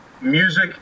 music